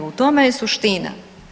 U tome je suština.